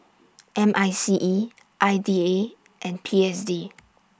M I C E I D A and P S D